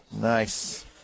nice